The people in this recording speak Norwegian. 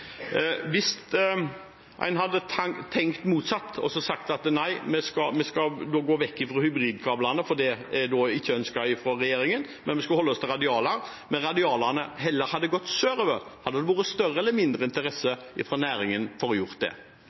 Hvis en hadde tenkt motsatt og sagt at nei, vi skal gå vekk fra hybridkablene, for det er ikke ønsket av regjeringen, men vi skal holde oss til radialer – men radialene hadde heller gått sørover – hadde det da vært større eller mindre interesse fra næringens side for å gjøre det?